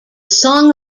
song